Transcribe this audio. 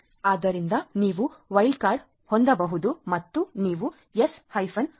ಆದ್ದರಿಂದ ನೀವು wild card ಹೊಂದಬಹುದು ಮತ್ತು ನೀವು S 10